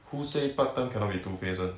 who say part time cannot be two faced [one]